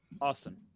awesome